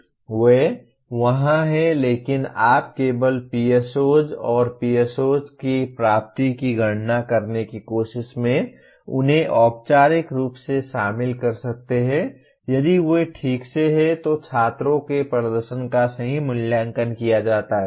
वे वहां हैं लेकिन आप केवल POs और PSOs की प्राप्ति की गणना करने की कोशिश में उन्हें औपचारिक रूप से शामिल कर सकते हैं यदि वे ठीक से हैं तो छात्रों के प्रदर्शन का सही मूल्यांकन किया जाता है